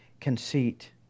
conceit